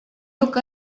look